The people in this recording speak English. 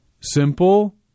Simple